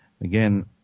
again